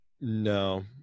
No